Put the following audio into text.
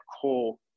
core